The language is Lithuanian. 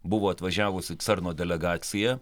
buvo atvažiavusi cerno delegacija